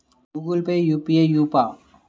Google Pay UPI య్యాపా?